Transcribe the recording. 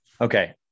Okay